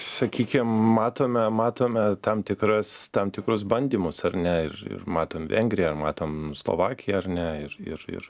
sakykim matome matome tam tikras tam tikrus bandymus ar ne ir ir matom vengriją matom slovakiją ar ne ir ir ir